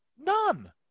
None